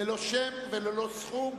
ללא שם וללא סכום.